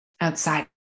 outside